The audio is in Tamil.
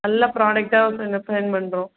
நல்ல ப்ராடக்ட் தான் மேம் இங்கே பண்ணுறோம்